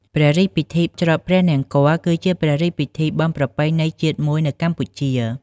ព្រះរាជពិធី ច្រត់ព្រះនង្គ័ល គឺជាព្រះរាជពិធីបុណ្យប្រពៃណីជាតិមួយនៅកម្ពុជា។